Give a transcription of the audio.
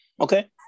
Okay